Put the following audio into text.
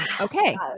okay